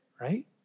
right